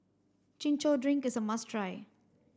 chin chow drink is a must try